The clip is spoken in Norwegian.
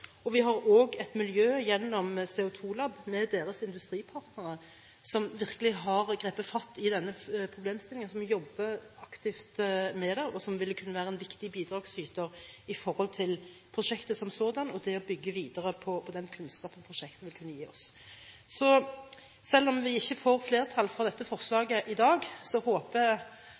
og vi har også et miljø gjennom Longyearbyen CO2-lab og deres industripartnere, som virkelig har grepet fatt i denne problemstillingen. De jobber aktivt med det, og de vil kunne være en viktig bidragsyter til prosjektet som sådant og til å bygge videre på den kunnskapen prosjektet vil kunne gi oss. Så selv om vi ikke får flertall for dette forslaget i dag, håper jeg